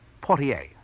Portier